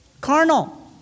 Carnal